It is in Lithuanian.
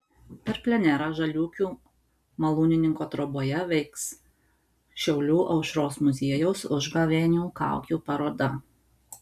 per plenerą žaliūkių malūnininko troboje veiks šiaulių aušros muziejaus užgavėnių kaukių paroda